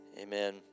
Amen